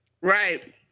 right